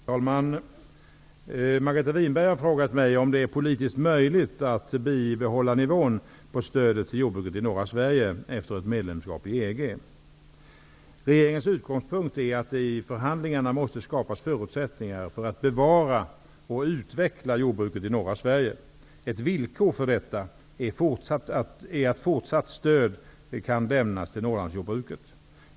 Herr talman! Margareta Winberg har frågat mig om det är politiskt möjligt att bibehålla nivån på stödet till jordbruket i norra Sverige efter ett medlemskap i EG. Regeringens utgångspunkt är att det i förhandlingarna måste skapas förutsättningar för att bevara och utveckla jordbruket i norra Sverige. Ett villkor för detta är att fortsatt stöd kan lämnas till Norrlandsjordbruket.